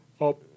up